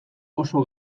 oso